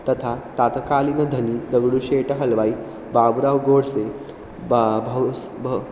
तथा तात्कालीनधनी दगुडुषेटहल्वायि बाबुराव् गोड्से ब भौस् ब